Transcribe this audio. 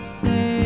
say